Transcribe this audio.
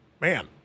Man